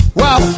wow